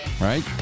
Right